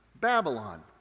Babylon